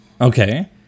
Okay